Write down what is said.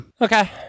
Okay